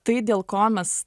tai dėl ko mes